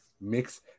mix